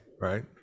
right